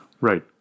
right